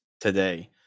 today